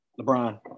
Lebron